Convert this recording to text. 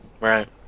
Right